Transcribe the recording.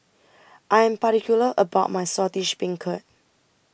I Am particular about My Saltish Beancurd